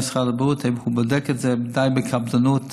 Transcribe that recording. משרד הבריאות בודק את זה די בקפדנות,